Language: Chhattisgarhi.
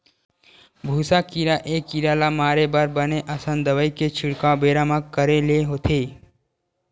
भूसा कीरा ए कीरा ल मारे बर बने असन दवई के छिड़काव बेरा म करे ले होथे